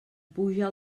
puja